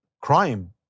crime